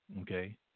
Okay